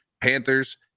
Panthers